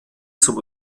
zum